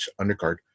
undercard